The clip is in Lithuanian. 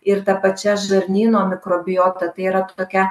ir ta pačia žarnyno mikrobiota tai yra tokia